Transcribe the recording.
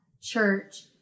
church